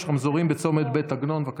רמזורים בצומת בית ענון, בבקשה.